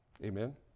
Amen